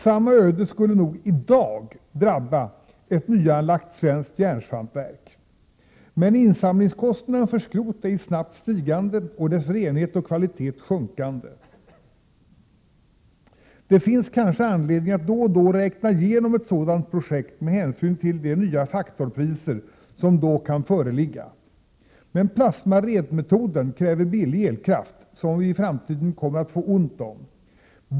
Samma öde skulle nog i dag drabba ett nyanlagt svenskt järnsvampverk — men insamlingskostnaden för skrot är i snabbt stigande, och dess renhet och kvalitet sjunkande. Det finns kanske anledning att då och då räkna igenom ett sådant projekt med hänsyn till de nya faktorpriser som då kan föreligga. Men ”plasmaredmetoden” kräver billig elkraft, som vi i framtiden kommer att få ont om.